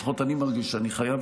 לפחות אני מרגיש שאני חייב,